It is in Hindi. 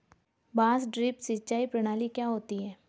बांस ड्रिप सिंचाई प्रणाली क्या होती है?